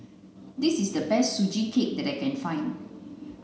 this is the best sugee cake that I can find